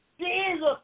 Jesus